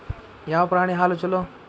ಯಾವ ಪ್ರಾಣಿ ಹಾಲು ಛಲೋ?